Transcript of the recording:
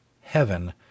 Heaven